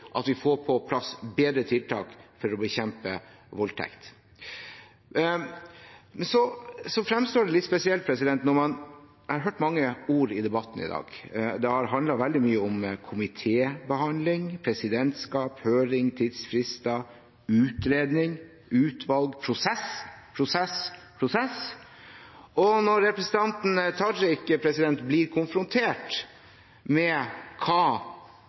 at vi får på plass bedre tiltak for å bekjempe voldtekt. Jeg har hørt mange ord i debatten i dag, og det har handlet veldig mye om komitébehandling, presidentskap, høring, tidsfrister, utredning, utvalg og prosess, prosess, prosess. Da fremstår det litt spesielt når representanten Tajik blir konfrontert med hva